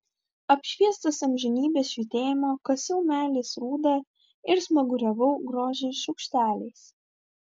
apšviestas amžinybės švytėjimo kasiau meilės rūdą ir smaguriavau grožį šaukšteliais